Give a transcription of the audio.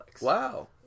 Wow